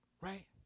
right